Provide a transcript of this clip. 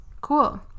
Cool